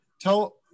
tell